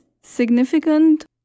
significant